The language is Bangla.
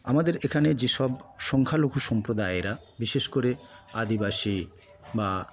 আমাদের এখানে যেসব সংখ্যালঘু সম্প্রদায়েরা বিশেষ করে আদিবাসী বা